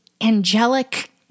angelic